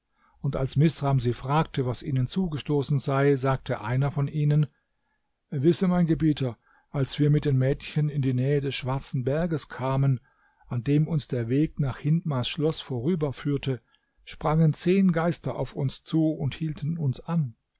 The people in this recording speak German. und als misram sie fragte was ihnen zugestoßen sei sagte einer von ihnen wisse mein gebieter als wir mit den mädchen in die nähe des schwarzen berges kamen an dem uns der weg nach hindmars schloß vorüberführte sprangen zehn geister auf uns zu und hielten uns an